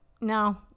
No